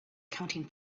counting